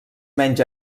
menys